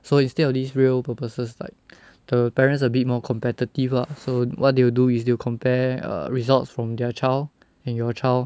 so instead of these real purposes like the parents a bit more competitive lah so what they will do is they will compare results from their child and your child